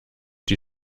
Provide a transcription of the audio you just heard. die